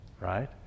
Right